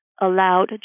allowed